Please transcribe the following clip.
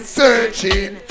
searching